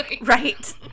Right